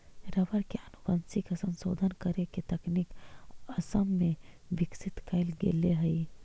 rubber के आनुवंशिक संशोधन करे के तकनीक असम में विकसित कैल गेले हई